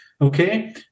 okay